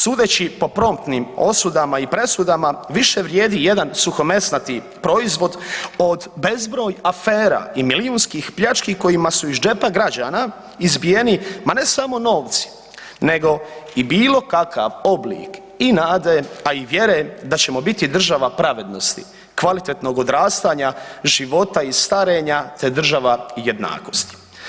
Sudeći po promptnim osudama i presuda više vrijedi jedan suhomesnati proizvod od bezbroj afera i milijunskih pljački kojima su iz džepa građana izbijeni ma ne samo novci, nego i bilo kakav oblik i nade, a i vjere da ćemo biti država pravednosti, kvalitetnog odrastanja, život i starenja te država jednakosti.